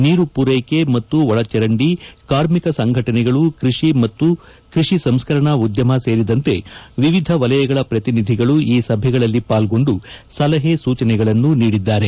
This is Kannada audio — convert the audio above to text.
ನೀರು ಪೂರೈಕೆ ಮತ್ತು ಒಳಚರಂಡಿ ಕಾರ್ಮಿಕ ಸಂಘಟನೆಗಳು ಕೃಷಿ ಮತ್ತು ಕೃಷಿ ಸಂಸ್ಕರಣಾ ಉದ್ದಮ ಸೇರಿದಂತೆ ವಿವಿಧ ವಲಯಗಳ ಪ್ರತಿನಿಧಿಗಳು ಈ ಸಭೆಗಳಲ್ಲಿ ಪಾಲ್ಗೊಂಡು ಸಲಹೆ ಸೂಚನೆಗಳನ್ನು ನೀಡಿದ್ದಾರೆ